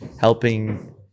helping